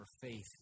faith